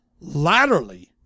Laterally